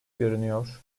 görünüyor